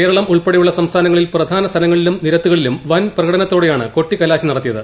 കേരളം ഉൾപ്പെടെയുള്ള സംസ്ഥാനങ്ങളിൽ പ്രധാന സ്ഥലങ്ങളിലും നിരത്തുകളിലും വൻ പ്രകടനത്തോടെയാണ് കൊട്ടിക്കലാശം നടത്തിയത്